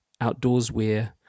outdoorswear